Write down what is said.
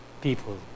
people